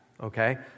Okay